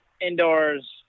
indoors